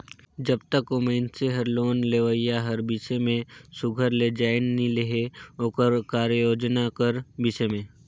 जब तक ओ मइनसे हर लोन लेहोइया कर बिसे में सुग्घर ले जाएन नी लेहे ओकर कारयोजना कर बिसे में